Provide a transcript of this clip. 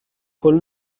col